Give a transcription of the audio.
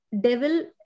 Devil